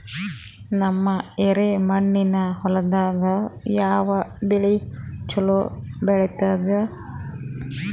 ನಮ್ಮ ಎರೆಮಣ್ಣಿನ ಹೊಲದಾಗ ಯಾವ ಬೆಳಿ ಚಲೋ ಬೆಳಿತದ?